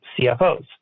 CFOs